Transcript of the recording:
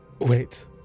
Wait